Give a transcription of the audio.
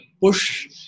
push